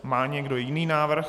Má někdo jiný návrh?